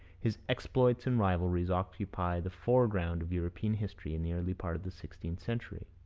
his exploits and rivalries occupy the foreground of european history in the earlier part of the sixteenth century.